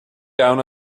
down